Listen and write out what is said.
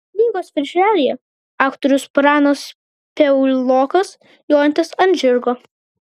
knygos viršelyje aktorius pranas piaulokas jojantis ant žirgo